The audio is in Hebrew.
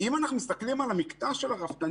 אם אנחנו מסתכלים על המקטע של הרפתנים,